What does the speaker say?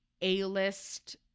a-list